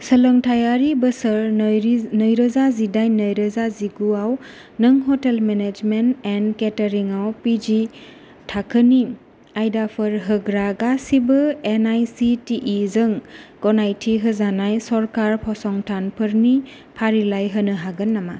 सोलोंथायारि बोसोर रोजा जिदाइन नै रोजा जिगुआव नों हटेल मेनेजमेन्ट एन्ड केटारिंआव पि जि थाखोनि आयदाफोर होग्रा गासैबो N I C T E जों गनायथि होजानाय सरखारि फसंथानफोरनि फारिलाइ होनो हागोन नामा